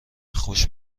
خوش